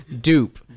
Dupe